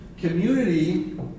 community